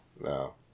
no